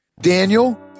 Daniel